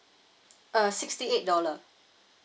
uh sixty eight dollar